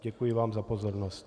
Děkuji vám za pozornost.